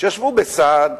כשישבו בסעד,